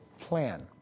plan